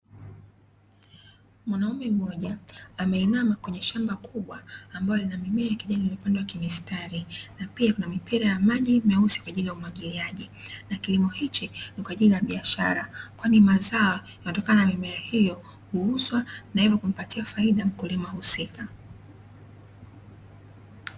Mwanaume mmoja ameinama kwenye shamba kubwa ambalo lina mimea ya kijani imepandwa kimistari. Na pia kuna mipira ya maji meusi kwa ajili ya umwagiliaji. Na kilimo hichi ni kwa ajili ya biashara, kwani mazao yanayotokana na mimea hiyo, huuzwa na hivyo kumpatia faida mkulima husika.